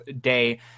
day